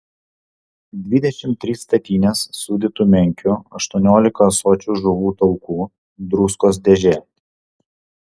dvidešimt trys statinės sūdytų menkių aštuoniolika ąsočių žuvų taukų druskos dėžė